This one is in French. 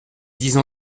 disent